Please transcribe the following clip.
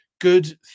good